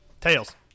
Tails